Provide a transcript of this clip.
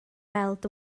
weld